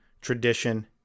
tradition